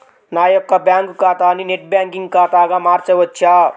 నా యొక్క బ్యాంకు ఖాతాని నెట్ బ్యాంకింగ్ ఖాతాగా మార్చవచ్చా?